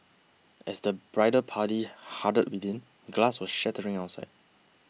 as the bridal party huddled within glass was shattering outside